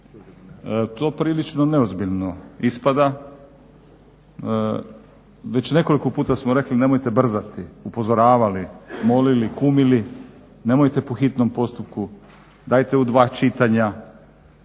To prilično neozbiljno ispada. Već nekoliko puta smo rekli nemojte brzati, upozoravali, molili, kumili nemojte po hitnom postupku, dajte u dva čitanja,